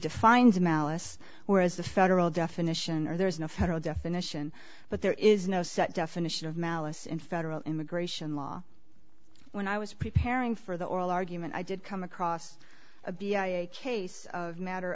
defines malice whereas the federal definition or there is no federal definition but there is no such definition of malice in federal immigration law when i was preparing for the oral argument i did come across a case of matter